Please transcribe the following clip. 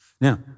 Now